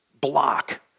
block